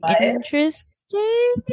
interesting